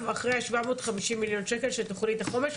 אחרי השבע מאות חמישים מיליון שקל של תכנית החומש,